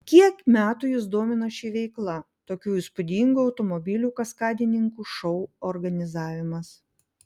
kiek metų jus domina ši veikla tokių įspūdingų automobilių kaskadininkų šou organizavimas